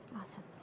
Awesome